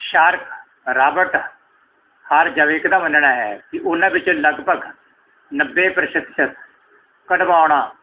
shark Robert ਹਾਰਜਾਵਿਕ ਦਾ ਮੰਨਣਾ ਹੈ ਕਿ ਉਹਨਾਂ ਵਿੱਚੋਂ ਲਗਭਗ ਨੱਬੇ ਪ੍ਰਤੀਸ਼ਤ ਸ਼ਤ ਕਢਵਾਉਣਾ